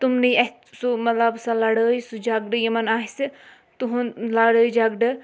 تِمنٕے اَتھِ سُہ مطلب سۄ لَڑٲے سُہ جَگڑٕ یِمَن آسہِ تُہُنٛد لَڑٲے جَگڑٕ